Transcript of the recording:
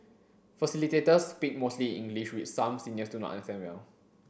facilitators speak mostly in English which some seniors do not understand well